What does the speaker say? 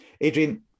Adrian